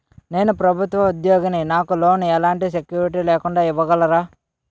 నేను ప్రభుత్వ ఉద్యోగిని, నాకు లోన్ ఎలాంటి సెక్యూరిటీ లేకుండా ఇవ్వగలరా?